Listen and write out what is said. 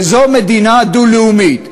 וזו מדינה דו-לאומית.